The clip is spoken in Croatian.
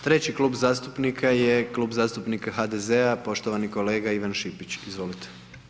Treći klub zastupnika je Klub zastupnika HDZ-a, poštovani kolega Ivan Šipić, izvolite.